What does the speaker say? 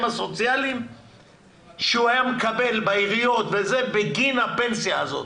הסוציאליים שהוא היה מקבל בעיריות בגין הפנסיה הזאת.